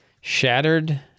shattered